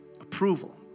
approval